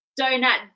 Donut